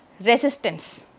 resistance